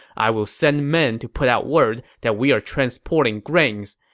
i will send men to put out word that we are transporting grains